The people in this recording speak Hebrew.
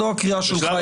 זאת הקריאה שלך את החוק.